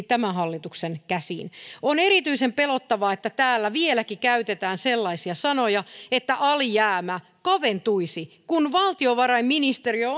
tämän hallituksen käsiin on erityisen pelottavaa että täällä vieläkin käytetään sellaisia sanoja että alijäämä kaventuisi kun valtiovarainministeriö